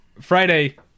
Friday